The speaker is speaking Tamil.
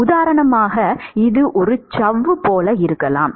உதாரணமாக இது ஒரு சவ்வு போல இருக்கலாம்